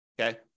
Okay